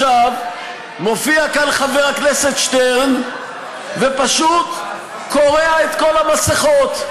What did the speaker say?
עכשיו מופיע כאן חבר הכנסת שטרן ופשוט קורע את כל המסכות,